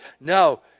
No